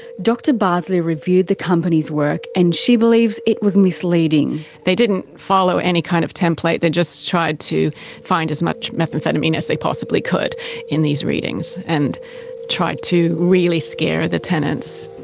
dr bardsley reviewed the company's work, and she believes it was misleading. they didn't follow any kind of template they just tried to find as much methamphetamine as they possibly could in these readings and tried to really scare the tenants.